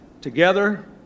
Together